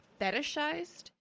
fetishized